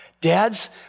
Dads